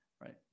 right